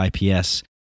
IPS